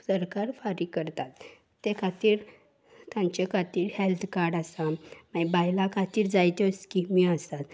सरकार फारीक करतात ते खातीर तांचे खातीर हेल्थ कार्ड आसा मागीर बायलां खातीर जायत्यो स्किमी आसात